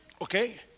okay